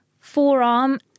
forearm